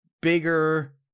bigger